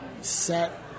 set